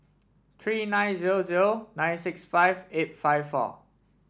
three nine zero zero nine six five eight five four